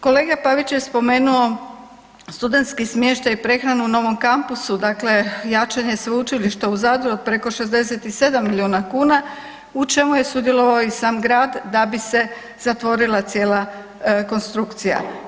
Kolega Pavić je spomenuo studentski smještaj i prehranu u novom kampusu, dakle jačanje Sveučilišta u Zadru od preko 67 milijuna kuna, u čemu je sudjelovao i sam grad da bi se zatvorila cijela konstrukcija.